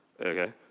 Okay